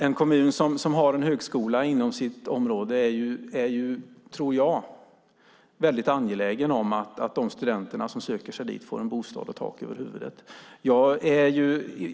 En kommun med en högskola inom sitt område är angelägen om att de studenter som söker sig dit får en bostad och tak över huvudet.